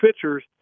pitchers